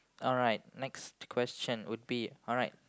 alright next question would be alright